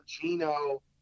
Gino